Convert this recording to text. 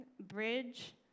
bridge